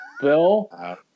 Bill